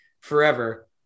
forever